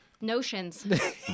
notions